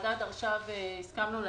שהוועדה דרשה והסכמנו להן.